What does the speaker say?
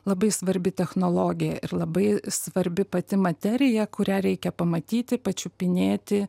labai svarbi technologija ir labai svarbi pati materija kurią reikia pamatyti pačiupinėti